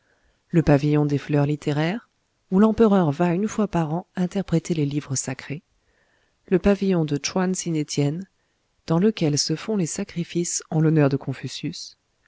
le pavillon des fleurs littéraires où l'empereur va une fois par an interpréter les livres sacrés le pavillon de tchouane sinetiène dans lequel se font les sacrifices en l'honneur de confucius